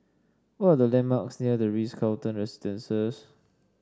what are the landmarks near the Ritz Carlton Residences